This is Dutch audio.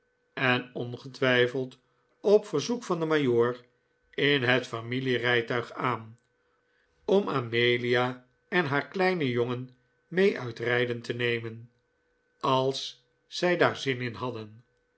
en ongetwijfeld op verzoek van den majoor in het familierijtuig aan om amelia en haar kleinen jongen mee uit rijden te nemen als zij daar zin in hadden